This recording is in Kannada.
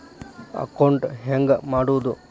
ಅಕೌಂಟ್ ಹೆಂಗ್ ಮಾಡ್ಸೋದು?